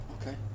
Okay